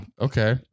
Okay